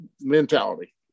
mentality